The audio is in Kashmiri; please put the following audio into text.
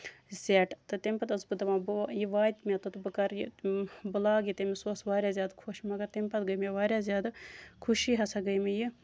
سیٹ تہٕ تَمہِ پَتہٕ ٲسٕس بہٕ دپان گوٚو یہِ واتہِ مےٚ تہٕ بہٕ کرٕ یہِ کہِ بہٕ لاگہٕ یہِ تٔمِس سۄ ٲس واریاہ زیادٕ خۄش مَگر تَمہِ پَتہٕ گے مےٚ واریاہ زیادٕ خُشی ہسا گے مےٚ یہِ